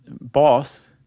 boss